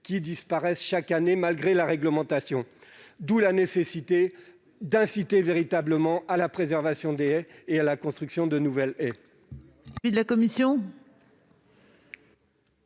qui disparaissaient chaque année, malgré la réglementation, d'où la nécessité d'inciter véritablement à la préservation des haies existantes et à l'implantation de nouvelles.